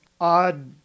odd